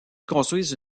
construisent